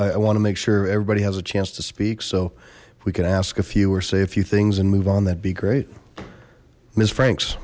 i want to make sure everybody has a chance to speak so if we can ask a few or say a few things and move on that'd be great miss franks